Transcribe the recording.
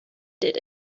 did